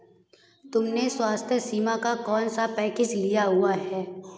तुमने स्वास्थ्य बीमा का कौन सा पैकेज लिया हुआ है?